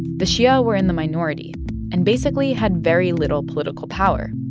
the shia were in the minority and basically had very little political power.